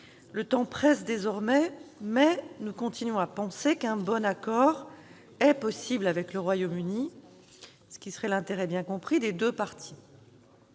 le temps presse désormais, mais nous continuons à penser qu'un bon accord est possible avec le Royaume-Uni, ce qui serait l'intérêt bien compris des deux parties.